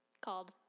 called